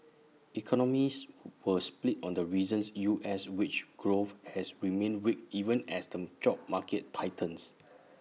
economists who was split on the reasons U S wage growth has remained weak even as the job market tightens